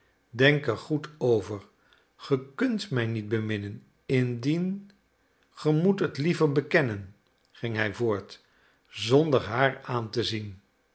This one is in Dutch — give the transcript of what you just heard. denk er goed over ge kunt mij niet beminnen indien ge moet het liever bekennen ging hij voort zonder haar aan te zien